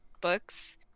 books